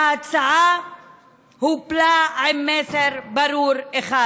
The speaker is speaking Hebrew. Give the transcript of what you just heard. וההצעה הופלה עם מסר ברור אחד: